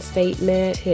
Statement